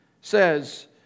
says